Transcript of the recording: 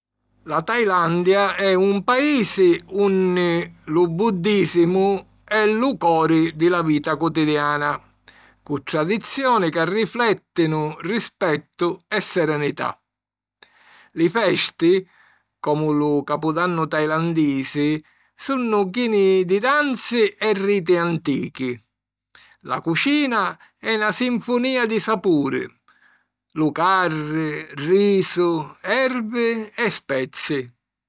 La Thailandia è un paisi unni lu Buddìsimu è lu cori di la vita cutidiana, cu tradizioni ca riflèttinu rispettu e serenità. Li festi, comu lu capudannu tailandisi, sunnu chini di danzi e riti antichi. La cucina è na sinfunìa di sapuri: lu carri, risu, ervi e spezi.